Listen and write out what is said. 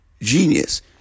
genius